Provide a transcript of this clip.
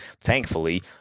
thankfully